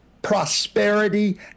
prosperity